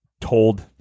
told